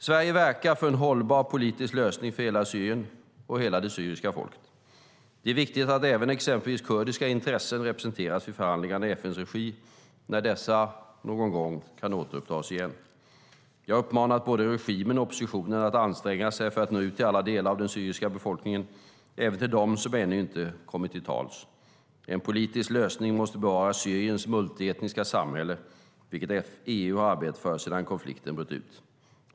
Sverige verkar för en hållbar politisk lösning för hela Syrien och hela det syriska folket. Det är viktigt att även exempelvis kurdiska intressen representeras vid förhandlingarna i FN:s regi när dessa någon gång kan återupptas igen. Jag har uppmanat både regimen och oppositionen att anstränga sig för att nå ut till alla delar av den syriska befolkningen, även till dem som ännu inte kommit till tals. En politisk lösning måste bevara Syriens multietniska samhälle, vilket EU har arbetat för sedan konflikten bröt ut.